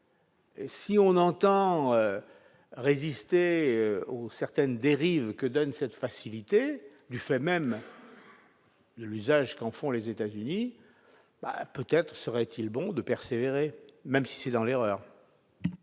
moyens de résister à certaines dérives qu'ouvre cette facilité du fait même de l'usage qu'en font les États-Unis, peut-être serait-il bon de persévérer, même si c'est dans l'erreur.